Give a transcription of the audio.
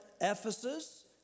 Ephesus